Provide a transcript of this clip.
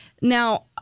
Now